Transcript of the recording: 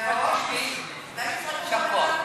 יישר כוח.